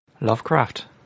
Lovecraft